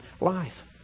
life